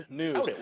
news